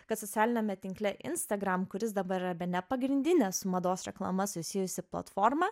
kad socialiniame tinkle instagram kuris dabar yra bene pagrindinė su mados reklama susijusi platforma